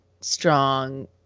strong